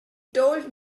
told